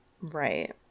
Right